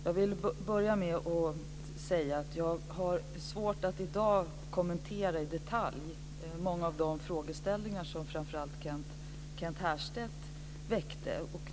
Fru talman! Jag har svårt att i dag att i detalj kommentera många av de frågeställningar som framför allt Kent Härstedt väckte.